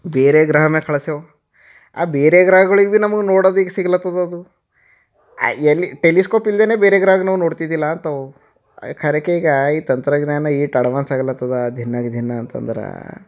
ಬೇರೆ ಗ್ರಹದಾಗ್ ಕಳಿಸ್ಯಾವು ಆ ಬೇರೆ ಗ್ರಹಗಳಿಗೆ ಭಿ ನಮಗೆ ನೋಡೋದಿಕ್ಕೆ ಸಿಗ್ಲತ್ತದ ಅದು ಎಲ್ಲಿ ಟೆಲಿಸ್ಕೋಪ್ ಇಲ್ದೇನೆ ಬೇರೆ ಗ್ರಹಕ್ ನಾವು ನೋಡ್ತಿದಿಲ್ಲಾಂತವು ಆ ಖರೇಕೆ ಈಗ ಈ ತಂತ್ರಜ್ಞಾನ ಈಟು ಅಡ್ವಾನ್ಸ್ ಆಗ್ಲತ್ತದ ದಿನಾಗ ದಿನ ಅಂತಂದ್ರೆ